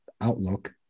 outlook